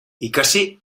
ikasi